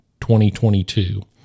2022